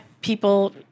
people